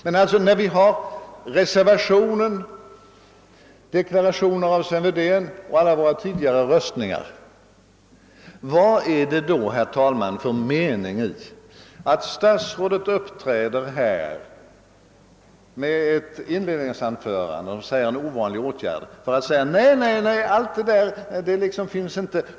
Men när vi har reservationen, deklarationer av Sven Wedén och alla våra tidigare röstningar, vad är det då, herr talman, för mening att statsrådet uppträder här med ett inledningsanförande — en ovanlig åtgärd — för att säga: »Nej, nej, allt det där finns inte.